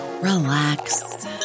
relax